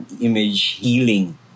image-healing